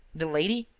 the lady,